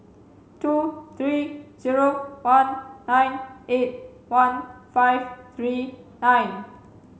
two three zero one nine eight one five three nine